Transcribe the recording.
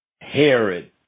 Herod